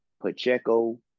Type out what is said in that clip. Pacheco